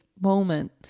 moment